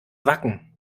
wacken